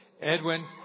Edwin